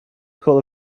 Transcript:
call